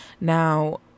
now